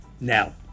Now